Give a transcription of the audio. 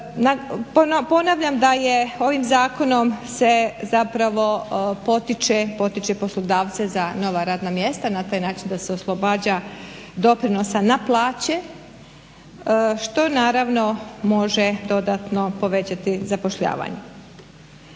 Ponavljam da je ovim zakonom se zapravo potiče, potiče poslodavce za nova radna mjesta na taj način da se oslobađa doprinosa na plaće što naravno može dodatno povećati zapošljavanje.